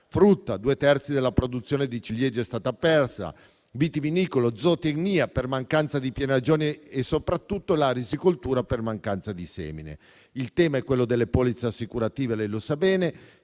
(due terzi della produzione di ciliegie è stata persa), quello vitivinicolo e quello zootecnico per mancanza di fienagione e soprattutto quello risicolo per mancanza di semine. Il tema è quello delle polizze assicurative, e lei lo sa bene.